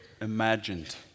imagined